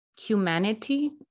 humanity